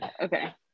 okay